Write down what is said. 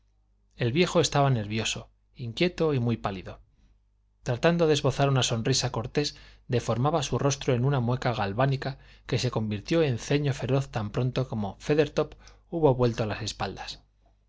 el viejo estaba nervioso inquieto y muy pálido tratando de esbozar una sonrisa cortés deformaba su rostro en una mueca galvánica que se convirtió en ceño feroz tan pronto como feathertop hubo vuelto las espaldas al